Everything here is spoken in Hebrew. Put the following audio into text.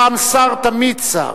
פעם שר, תמיד שר.